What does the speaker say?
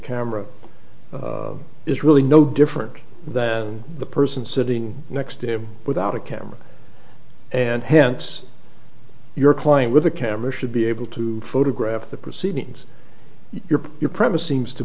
camera is really no different than the person sitting next to without a camera and hence your client with a camera should be able to photograph the proceedings you're your premise seems to